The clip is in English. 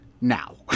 Now